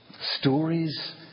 stories